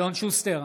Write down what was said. אלון שוסטר,